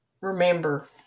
remember